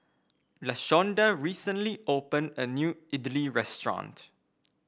Lashonda recently opened a new idly restaurant